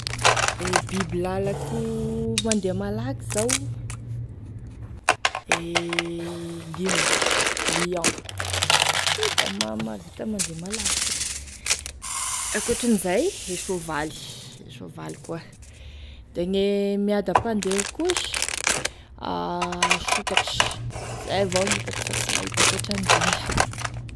E biby lalako mandeha malaky zao e liogny, lion io da ma- mahavita mandeha malaky io, ankoatran'izay e sovaly e sovaly koa da gne miadam-pandeha koa sh a sokatry zay avao gn'itako fa sy mahita ankoatran'izay iaho.